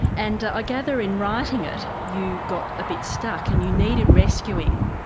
and i gather in writing it you got a bit stuck and you needed rescuing.